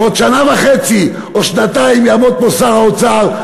בעוד שנה וחצי או שנתיים יעמוד פה שר האוצר,